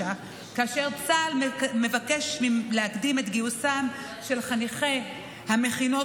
כאשר צה"ל מבקש להקדים את גיוסם של חניכי המכינות